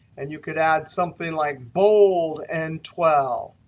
and you could add something like bold and twelve.